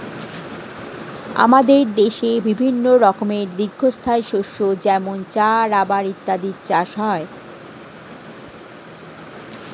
আমাদের দেশে বিভিন্ন রকমের দীর্ঘস্থায়ী শস্য যেমন চা, রাবার ইত্যাদির চাষ হয়